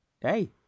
Hey